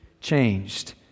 changed